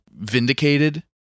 vindicated